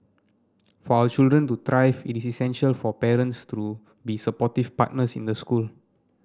for our children to thrive it is essential for parents to be supportive partners in the school